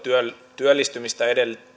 työllistymistä